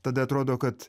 tada atrodo kad